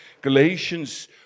Galatians